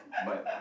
but